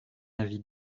avis